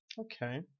Okay